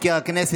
יואב סגלוביץ',